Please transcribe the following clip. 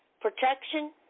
Protection